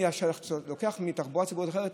אני לוקח מתחבורה ציבורית אחרת,